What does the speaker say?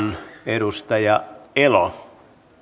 edustaja elo